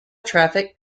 traffic